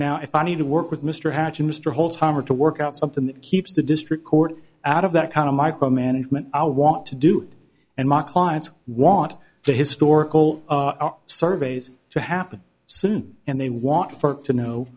now if i need to work with mr hatch mr holt's homer to work out something that keeps the district court out of that kind of micromanagement i want to do and my clients want the historical surveys to happen soon and they want to know